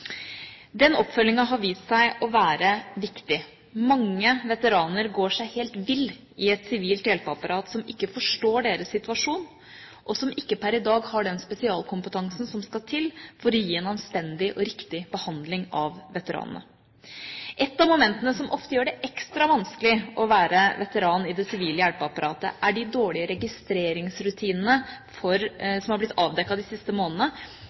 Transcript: Den oppfølgingen har vist seg å være viktig. Mange veteraner går seg helt vill i et sivilt hjelpeapparat som ikke forstår deres situasjon, og som per dag ikke har den spesialkompetansen som skal til for å gi en anstendig og riktig behandling av veteranene. Et av momentene som ofte gjør det ekstra vanskelig å være veteran i det sivile hjelpeapparatet, er de dårlige registreringsrutinene som har blitt avdekket de siste månedene,